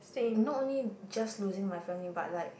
not only just losing my family but like